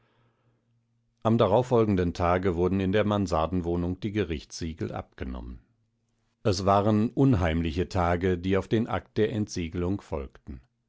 am darauffolgenden tage wurden in der mansardenwohnung die gerichtssiegel abgenommen es waren unheimliche tage die auf den akt der entsiegelung folgten